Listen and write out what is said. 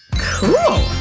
cool!